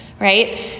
right